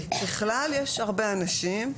ככלל יש הרבה אנשים,